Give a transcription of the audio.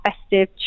festive